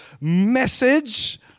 message